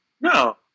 No